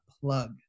plug